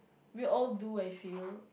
we all do I feel